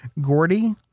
Gordy